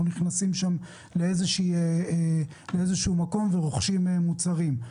נכנסים לאיזשהו מקום ורוכשים מוצרים,